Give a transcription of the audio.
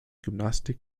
gymnastik